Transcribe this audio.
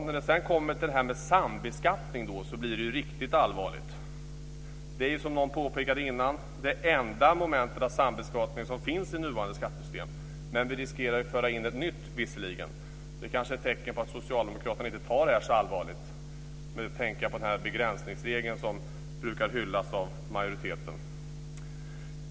När det sedan kommer till sambeskattning blir det riktigt allvarligt. Det är, som någon påpekade förut, det enda momentet av sambeskattning som finns i nuvarande skattesystem. Vi riskerar visserligen att föra in ett nytt. Det kanske är ett tecken på att socialdemokraterna inte tar det så allvarligt. Nu tänker jag på begränsningsregeln som brukar hyllas av majoriteten.